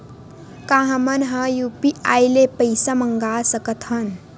का हमन ह यू.पी.आई ले पईसा मंगा सकत हन?